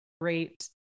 great